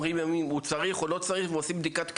אומרים להם אם הוא צריך או לא צריך ועושים בדיקת כדאיות.